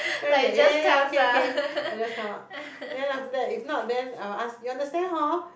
ya ya ya okay okay I just come out then after that if not then I will ask you understand hor